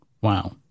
Wow